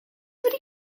wedi